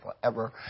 forever